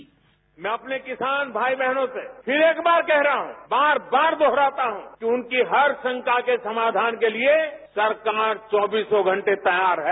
bite मैं अपने किसान भाई बहनों से फिर एक बार कह रहा हूं बार बार दोहराता हूं कि उनकी हर शंका के समाधान के लिये सरकार चौबीसों घंटे तैयार है